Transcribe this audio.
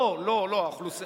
לא לא לא,